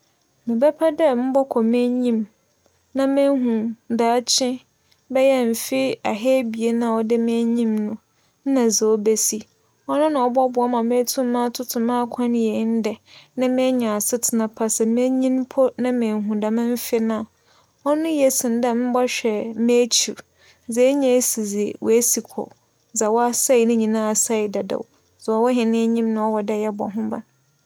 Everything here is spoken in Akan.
Mebɛpɛ dɛ mobͻkͻ m'enyim na meehu daakye bɛyɛ mfe aha ebien a ͻda m'enyim no nna dza ͻbesi. ͻno na ͻbͻboa me ma meetum atoto m'akwan yie ndɛ na m'enya asetsena pa sɛ menyin mpo na meehu dɛm mfe na, ͻno ye sen dɛ mobͻhwɛ m'ekyir. Dza enya esi no, woesi kͻ, dza asɛɛ nyinara asɛɛ dadaw, dza ͻwͻ hɛn enyim na ͻwͻ dɛ yɛbͻ ho ban.